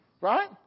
Right